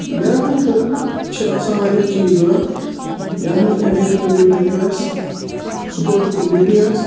مٮ۪رَتھان خٲطرٕ چھِ آسان واریاہ چیٖز ضوٚرَتھ یَتھ منٛز اٮ۪ٹَنشَن ٹُو نیوٗٹریشَن آسہِ سپوٹیوٗ کمنٛٹی آسہِ